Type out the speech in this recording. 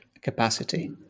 capacity